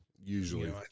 usually